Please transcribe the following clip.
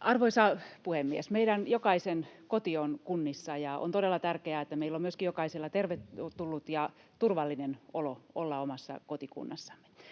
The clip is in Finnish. Arvoisa puhemies! Meidän jokaisen koti on kunnissa, ja on todella tärkeää, että meillä jokaisella on myöskin tervetullut ja turvallinen olo olla omassa kotikunnassamme.